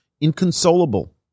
Inconsolable